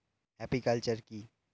Apiculture কি?